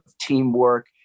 teamwork